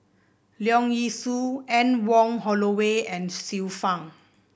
Leong Yee Soo Anne Wong Holloway and Xiu Fang